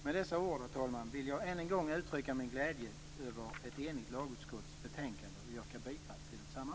Med dessa ord, herr talman, vill jag än en gång uttrycka min glädje över ett enigt lagutskotts betänkande och yrka bifall till detsamma.